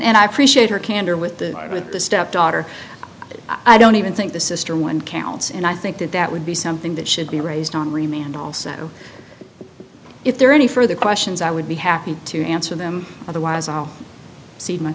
and i appreciate her candor with the with the stepdaughter i don't even think the sister one counts and i think that that would be something that should be raised on remand also if there are any further questions i would be happy to answer them otherwise i'll cede my